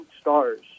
stars